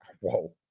Whoa